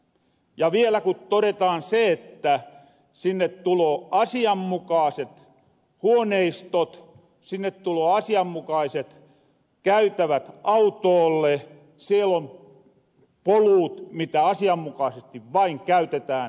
ja vielä todetaan se että sinne tuloo asianmukaaset huoneistot sinne tuloo asianmukaaset käytävät autoolle siel on polut mitä asianmukaasesti vain käytetään